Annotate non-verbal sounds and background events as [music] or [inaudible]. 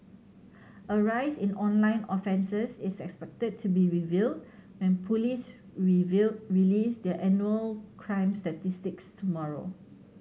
a rise in online offences is expected to be revealed when police [unintelligible] release their annual crime statistics tomorrow